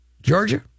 Georgia